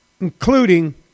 including